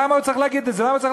למה הוא צריך להגיד את זה?